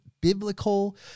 biblical